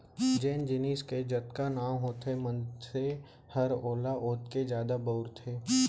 जेन जिनिस के जतका नांव होथे मनसे हर ओला ओतके जादा बउरथे